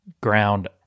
ground